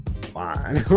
fine